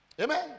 Amen